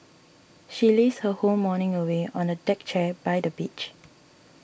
she lazed her whole morning away on a deck chair by the beach